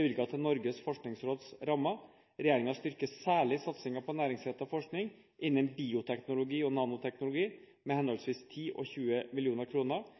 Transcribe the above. bevilget til Norges forskningsråds rammer. Regjeringen styrker særlig satsingen på næringsrettet forskning innen bioteknologi og nanoteknologi med henholdsvis